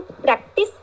practice